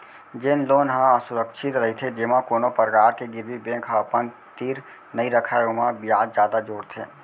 जेन लोन ह असुरक्छित रहिथे जेमा कोनो परकार के गिरवी बेंक ह अपन तीर नइ रखय ओमा बियाज जादा जोड़थे